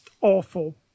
awful